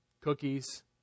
cookies